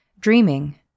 dreaming